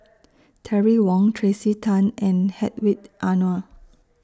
Terry Wong Tracey Tan and Hedwig Anuar